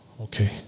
okay